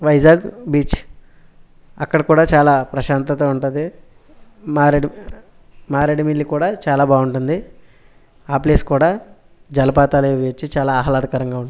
Vizag beach అక్కడ కూడా చాలా ప్రశాంతత ఉంటుంది మారేడు మారేడుమిల్లి కూడా చాలా బాగుంటుంది ఆ ప్లేస్ కూడా జలపాతాలు అవి వచ్చి చాలా ఆహ్లాదకరంగా ఉంటుంది